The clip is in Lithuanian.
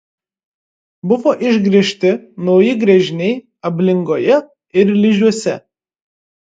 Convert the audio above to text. buvo išgręžti nauji gręžiniai ablingoje ir ližiuose